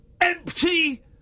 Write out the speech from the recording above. empty